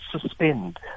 suspend